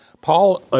Paul